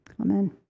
Amen